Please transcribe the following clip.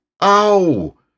Ow